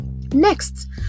Next